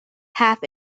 half